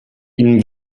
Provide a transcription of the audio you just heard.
ihnen